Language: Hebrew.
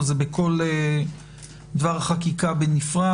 או זה בכל דבר חקיקה בנפרד?